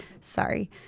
Sorry